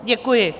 Děkuji.